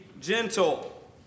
gentle